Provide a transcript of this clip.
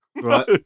right